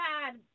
God